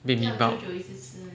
bibimbap